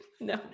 No